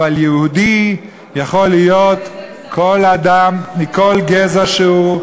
אבלי יהודי יכול להיות כל אדם מכל גזע שהוא,